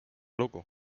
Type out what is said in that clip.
lugu